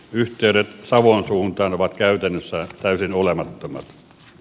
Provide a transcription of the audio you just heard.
yhteydet savon suuntaan ovat käytännössä täysin olemattomat